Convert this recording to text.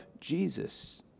Jesus